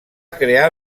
crear